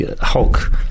Hulk